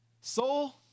soul